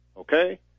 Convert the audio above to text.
Okay